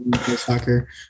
soccer